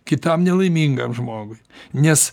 kitam nelaimingam žmogui nes